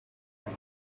tree